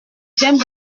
j’aime